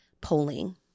polling